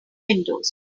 windows